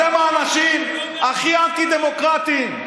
אתם האנשים הכי אנטי-דמוקרטיים.